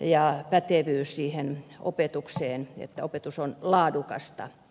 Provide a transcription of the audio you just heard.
ja pätevyys siihen opetukseen että opetus on laadukasta